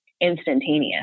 instantaneous